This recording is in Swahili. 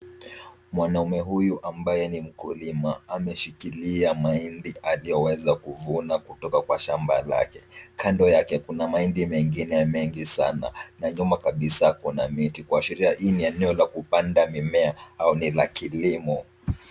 Mwanaume huyu ambaye ni mkulima ameshikilia mahindi aliyoweza kuvuna kutoka kwa shamba lake. Kando yake kuna mahindi mengine mengi sana na nyuma kabisa kuna miti kuashiria hii ni eneo la kupanda mimea au ni la kilimo.